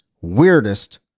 weirdest